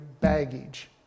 baggage